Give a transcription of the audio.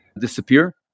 disappear